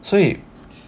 所以